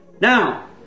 now